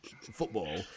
football